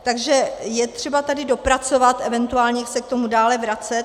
Takže je třeba to tady dopracovat, eventuálně se k tomu dále vracet.